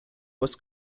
was